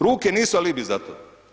Ruke nisu alibi za to.